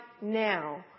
now